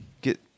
get